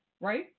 right